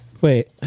Wait